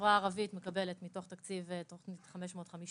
החברה הערבית מקבלת מתוך תקציב תוכנית 550,